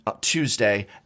Tuesday